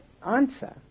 Answer